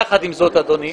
יחד עם זאת אדוני,